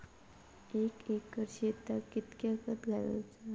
एक एकर शेताक कीतक्या खत घालूचा?